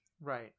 Right